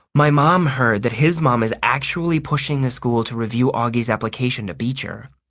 my mom heard that his mom is actually pushing the school to review auggie's application to beecher.